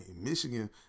Michigan